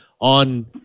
on